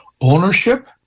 Ownership